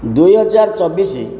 ଦୁଇ ହଜାର ଚବିଶ